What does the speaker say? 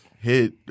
hit